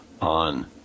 on